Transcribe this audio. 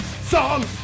song